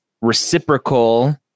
reciprocal